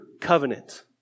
covenant